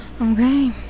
Okay